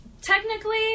Technically